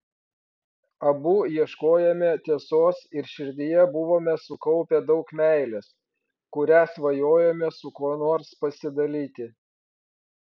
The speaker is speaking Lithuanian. abu ieškojome tiesos ir širdyje buvome sukaupę daug meilės kuria svajojome su kuo nors pasidalyti